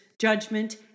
judgment